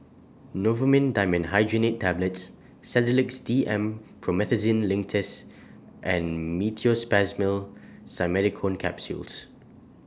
Novomin Dimenhydrinate Tablets Sedilix D M Promethazine Linctus and Meteospasmyl Simeticone Capsules